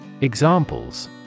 Examples